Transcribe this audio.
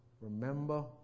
remember